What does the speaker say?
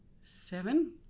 seven